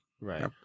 Right